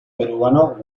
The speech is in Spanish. peruano